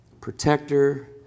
protector